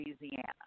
Louisiana